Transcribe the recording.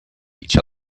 each